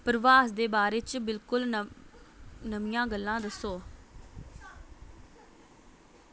प्रभास दे बारे च बिल्कुल नम नमियां गल्लां दस्सो